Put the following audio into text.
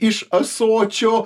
iš ąsočio